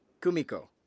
Kumiko